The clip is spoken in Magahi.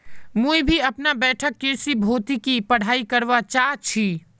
मुई भी अपना बैठक कृषि भौतिकी पढ़ाई करवा चा छी